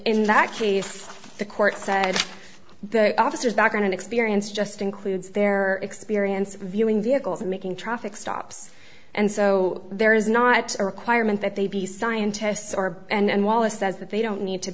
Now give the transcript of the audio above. in that case the court said the officers background experience just includes their experience of viewing vehicles making traffic stops and so there is not a requirement that they be scientists or and wallace says that they don't need to